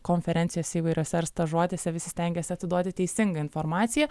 konferencijose įvairiose ar stažuotėse visi stengiasi atiduoti teisingą informaciją